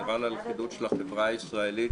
זה רע ללכידות של החברה הישראלית,